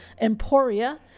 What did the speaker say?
emporia